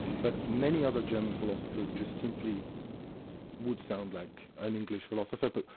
but many other german philosophers just simply would sound like an english philosopher. but